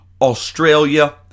Australia